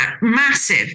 massive